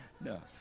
No